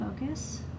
Focus